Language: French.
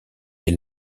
des